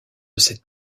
cette